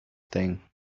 thing